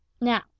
now